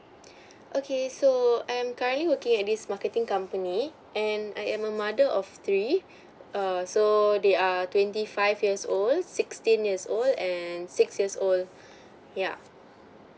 okay so I'm currently working at this marketing company and I am a mother of three err so they are twenty five years old sixteen years old and six years old yeah